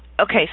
okay